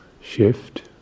shift